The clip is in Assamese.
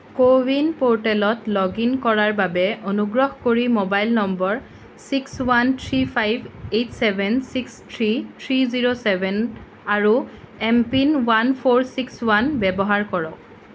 কো ৱিন প'ৰ্টেলত লগ ইন কৰাৰ বাবে অনুগ্ৰহ কৰি mobile number six one three five eight seven six three three zero seven আৰু MPIN one four six one ব্যৱহাৰ কৰক